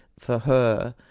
for her,